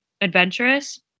adventurous